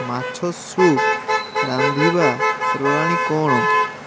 ମାଛ ସୁପ୍ ରାନ୍ଧିବା ପ୍ରଣାଳୀ କ'ଣ